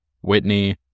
Whitney